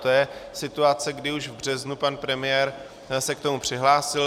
A to je situace, kdy už v březnu pan premiér se k tomu přihlásil.